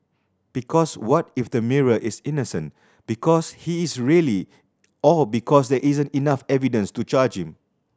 because what if the minor is innocent because he is really or because there isn't enough evidence to charge him